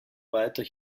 weiter